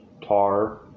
Tar